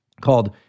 called